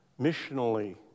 missionally